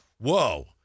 whoa